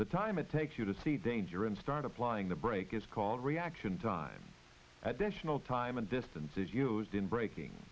the time it takes you to see danger and start applying the brake is called reaction time at dish no time and distance is used in breaking